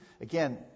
Again